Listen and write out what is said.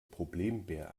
problembär